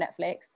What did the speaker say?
Netflix